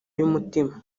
y’umutima